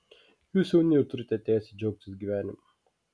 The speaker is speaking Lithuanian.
jūs jauni ir turite teisę džiaugtis gyvenimu